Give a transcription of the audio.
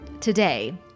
Today